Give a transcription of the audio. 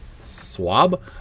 Swab